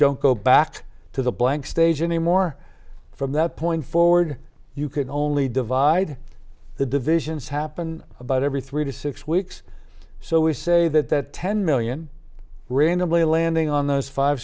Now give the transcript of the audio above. don't go back to the blank stage anymore from that point forward you can only divide the divisions happen about every three to six weeks so we say that that ten million randomly landing on those five